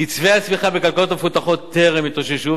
קצבי הצמיחה בכלכלות המפותחות טרם התאוששו,